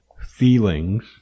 feelings